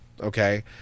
okay